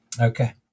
okay